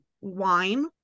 wine